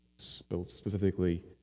specifically